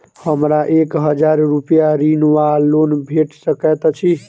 हमरा एक हजार रूपया ऋण वा लोन भेट सकैत अछि?